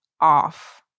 off